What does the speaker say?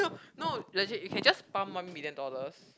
no legit you can just pump one million dollars